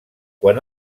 quan